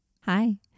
Hi